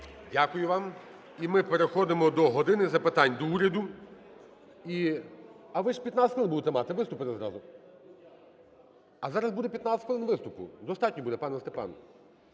Дякую вам. І ми переходимо до "години запитань до Уряду". А ви ж 15 хвилин будете, виступите зразу. А зараз буде 15 хвилин виступу, достатньо буде, пане Степан.